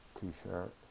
t-shirt